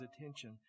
attention